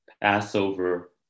Passover